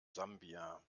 sambia